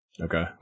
okay